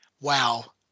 wow